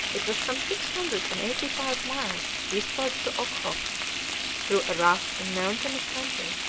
it was some six hundred and eighty-five miles eastwards to okhotsk through a rough and mountainous country,